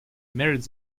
merits